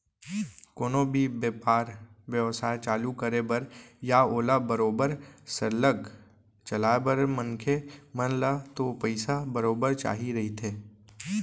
कोनो भी बेपार बेवसाय चालू करे बर या ओला बरोबर सरलग चलाय बर मनखे मन ल तो पइसा बरोबर चाही रहिथे